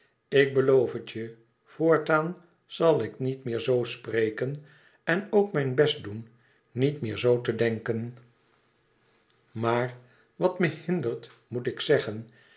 ik beloof het je voortaan zal ik niet meer zoo spreken en ook mijn best doen niet meer zoo te denken maar wat me hindert moet ik zeggen